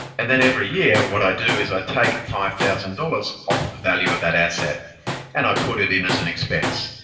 and then every year, what i do is i take five thousand dollars off the value of that asset and i put it in as an expense.